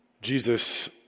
Jesus